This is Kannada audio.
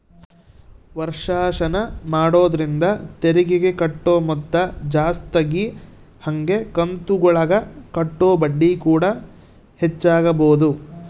ವರ್ಷಾಶನ ಮಾಡೊದ್ರಿಂದ ತೆರಿಗೆಗೆ ಕಟ್ಟೊ ಮೊತ್ತ ಜಾಸ್ತಗಿ ಹಂಗೆ ಕಂತುಗುಳಗ ಕಟ್ಟೊ ಬಡ್ಡಿಕೂಡ ಹೆಚ್ಚಾಗಬೊದು